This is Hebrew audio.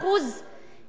זה חלק מהמדיניות,